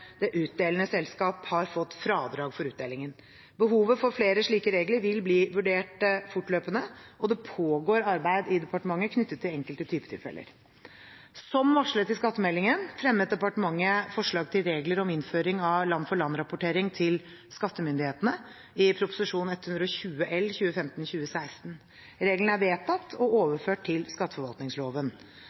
det utdelende selskapet har fått fradrag for utdelingen. Behovet for flere slike regler vil bli vurdert fortløpende, og det pågår arbeid i departementet knyttet til enkelte typetilfeller. Som varslet i skattemeldingen fremmet departementet forslag til regler om innføring av land-for-land-rapportering til skattemyndighetene i Prop. 120 L for 2015–2016. Reglene er vedtatt og overført til skatteforvaltningsloven.